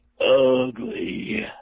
Ugly